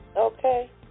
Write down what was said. Okay